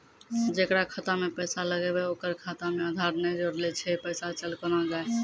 जेकरा खाता मैं पैसा लगेबे ओकर खाता मे आधार ने जोड़लऽ छै पैसा चल कोना जाए?